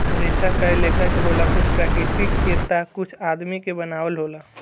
रेसा कए लेखा के होला कुछ प्राकृतिक के ता कुछ आदमी के बनावल होला